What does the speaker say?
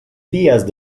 vías